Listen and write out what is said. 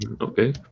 okay